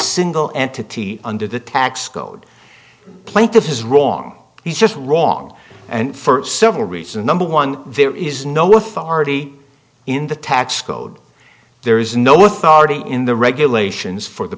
single entity under the tax code plaintiff is wrong he's just wrong and for several reasons number one there is no authority in the tax code there is no authority in the regulations for the